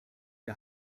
der